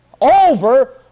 Over